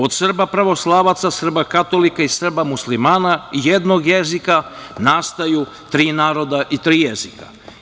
Od Srba pravoslavaca, Srba katolika i Srba muslimana, jednog jezika, nastaju tri naroda i tri jezika.